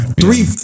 Three